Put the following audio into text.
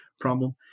problem